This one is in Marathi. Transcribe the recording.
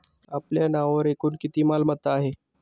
आपल्या नावावर एकूण किती मालमत्ता आहेत?